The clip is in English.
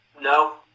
no